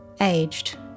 aged